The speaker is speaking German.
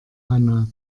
hanna